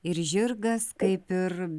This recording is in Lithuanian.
ir žirgas kaip ir